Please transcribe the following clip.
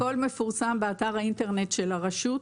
הכל מפורסם באתר האינטרנט של הרשות.